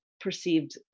perceived